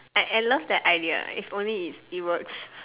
I I love that idea if only it it works